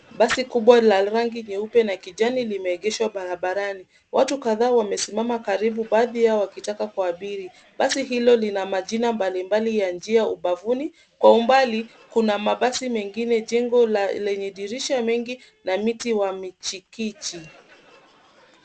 Basi kubwa la rangi nyeupe na kijani limeegeshwa barabarani. Watu kadhaa wamesimama karibu baadhi yao wakitaka kuabiri. Basi hilo lina majina mbalimbali ya njia ubavuni. Kwa umbali kuna mabasi mengine. Jengo lenye dirisha mengi na miti wa michikichi.